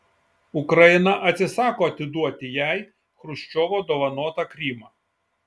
ukraina atsisako atiduoti jai chruščiovo dovanotą krymą